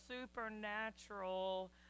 supernatural